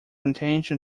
intention